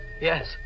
Yes